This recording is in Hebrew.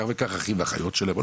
כך וכך אחים ואחיות שלהם.